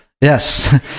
Yes